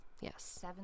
Yes